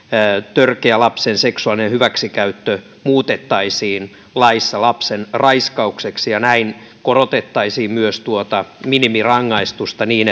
törkeä lapsen seksuaalinen hyväksikäyttö muutettaisiin laissa lapsen raiskaukseksi ja näin korotettaisiin myös tuota minimirangaistusta niin